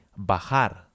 bajar